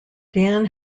dan